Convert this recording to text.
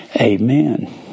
amen